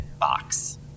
box